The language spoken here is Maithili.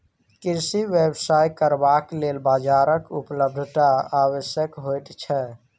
कृषि व्यवसाय करबाक लेल बाजारक उपलब्धता आवश्यक होइत छै